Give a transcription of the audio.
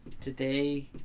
today